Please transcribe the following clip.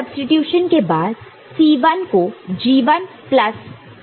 इस सब्सीट्यूशन के बाद C1 को G1 प्लस